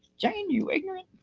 jane, you ignorant.